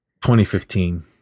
2015